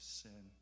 sin